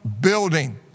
building